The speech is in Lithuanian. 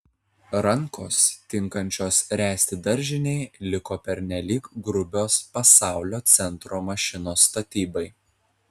rankos tinkančios ręsti daržinei liko pernelyg grubios pasaulio centro mašinos statybai